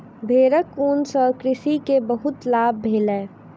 भेड़क ऊन सॅ कृषक के बहुत लाभ भेलै